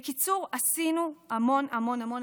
בקיצור, עשינו המון, המון, המון.